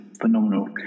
phenomenal